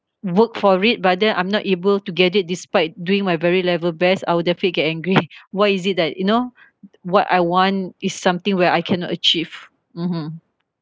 work for it but then I'm not able to get it despite doing my very level best I will definitely get angry why is it that you know what I want is something where I cannot achieve mmhmm